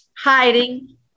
hiding